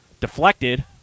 deflected